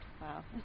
Wow